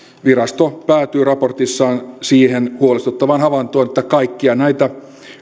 virasto päätyy raportissaan siihen huolestuttavaan havaintoon että kaikkia näitä